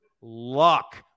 luck